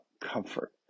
comfort